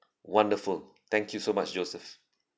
wonderful thank you so much joseph